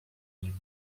nim